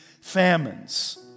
famines